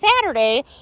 Saturday